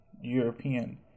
European